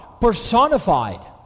personified